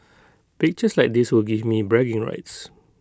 pictures like this will give me bragging rights